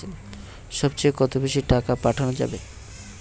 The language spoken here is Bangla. সব চেয়ে কত বেশি টাকা পাঠানো যাবে?